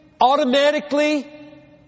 automatically